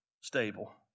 stable